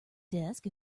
desk